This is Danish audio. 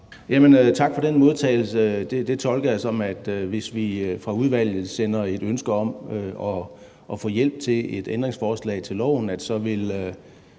Tak for den modtagelse. Det tolker jeg sådan, at hvis vi fra udvalget sender et ønske om at få hjælp til et ændringsforslag til lovforslaget,